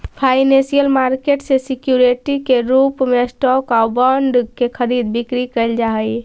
financial market में security के रूप में स्टॉक आउ बॉन्ड के खरीद बिक्री कैल जा हइ